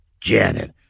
Janet